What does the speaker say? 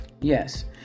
Yes